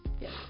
Yes